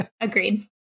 Agreed